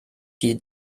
die